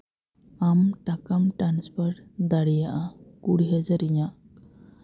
ᱟᱢ ᱴᱟᱠᱟᱢ ᱴᱟᱱᱥᱯᱟᱨ ᱫᱟᱲᱮᱭᱟᱜᱼᱟ ᱠᱩᱲᱤ ᱦᱟᱡᱟᱨ ᱤᱧᱟᱹᱜ